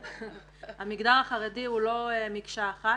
המגזר החרדי הוא לא מקשה אחת.